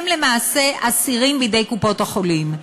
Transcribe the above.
הם למעשה אסירים בידי קופות-החולים.